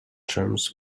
terms